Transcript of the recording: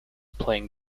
playing